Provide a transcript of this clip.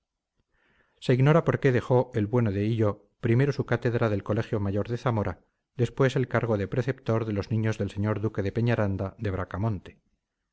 se ignora por qué dejó el bueno de hillo primero su cátedra del colegio mayor de zamora después el cargo de preceptor de los niños del señor duque de peñaranda de bracamonte